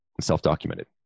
self-documented